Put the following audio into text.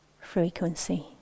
frequency